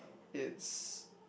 it's